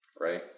right